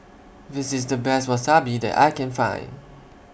This IS The Best Wasabi that I Can Find